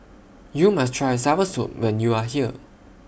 YOU must Try Soursop when YOU Are here